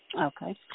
Okay